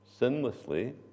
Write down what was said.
sinlessly